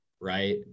right